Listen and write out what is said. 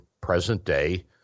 present-day